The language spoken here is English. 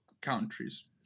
countries